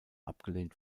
abgelehnt